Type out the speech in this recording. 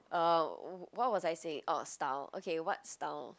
um wh~ what was I saying oh style okay what style